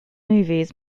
movies